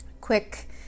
quick